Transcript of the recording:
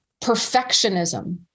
Perfectionism